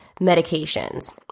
medications